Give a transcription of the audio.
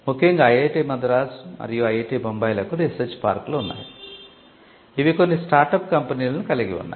ముఖ్యంగా ఐఐటి మద్రాస్ మరియు ఐఐటి బొంబాయిలకు రీసెర్చ్ పార్క్లు ఉన్నాయి ఇవి కొన్ని స్టార్టప్ కంపెనీలను కలిగి ఉన్నాయి